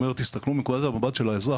אומר שיסתכלו מנקודת המבט של האזרח,